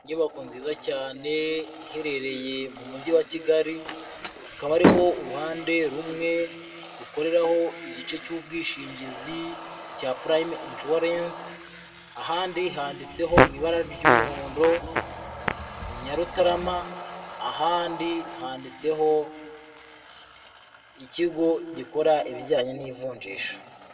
Inyubako nziza cyane iherereye mu mujyi wa Kigali, hakaba hariho uruhande rumwe rukoreraho igice cy'ubwishingizi cya Prime insurance, ahandi handitseho mu ibara ry'umuhondo Nyarutarama, ahandi handitseho ikigo gikora ibijyanye n'ivunjisha.